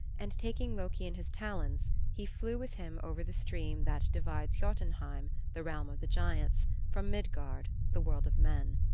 and taking loki in his talons, he flew with him over the stream that divides jotunheim, the realm of the giants, from midgard, the world of men.